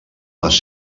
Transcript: les